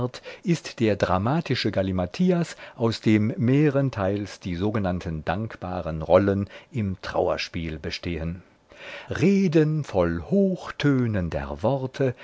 ist der dramatische gallimathias aus dem mehrenteils die sogenannten dankbaren rollen im trauerspiel bestehen reden voll hochtönender worte